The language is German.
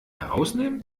herausnehmen